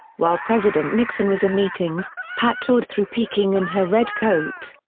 while president nixon was in meetings, pat toured through peking in her red coat.